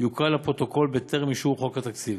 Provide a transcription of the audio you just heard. יוקרא לפרוטוקול בטרם אישור חוק התקציב.